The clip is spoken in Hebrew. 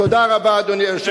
תודה רבה, אדוני היושב-ראש.